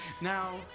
Now